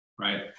right